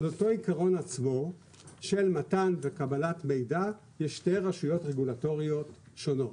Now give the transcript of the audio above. על אותו העיקרון עצמו של מתן וקבלת מידע יש שתי רשויות רגולטוריות שונות